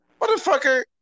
Motherfucker